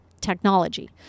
technology